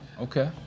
Okay